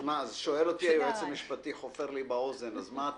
אז מה בעצם התיקון?